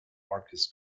marcus